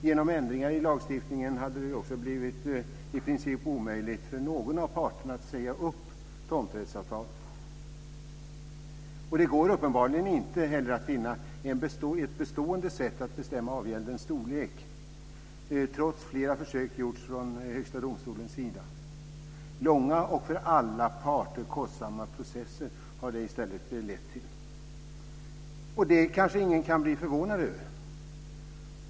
Genom ändringar i lagstiftningen hade det också blivit in princip omöjligt för någon av parterna att säga upp tomträttsavtalet. Det går uppenbarligen heller inte att finna en bestående sätt att bestämma avgäldens storlek trots att flera försök gjorts från Högsta domstolens sida. Det har i stället lett till långa och för alla parter kostsamma processer. Det kanske ingen kan bli förvånad över.